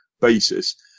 basis